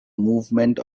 movement